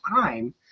time